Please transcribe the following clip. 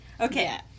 Okay